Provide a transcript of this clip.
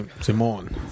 Simone